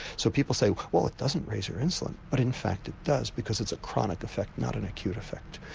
so people say well it doesn't raise your insulin, but in fact it does because it's a chronic effect not an acute effect.